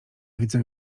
widzę